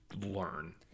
learn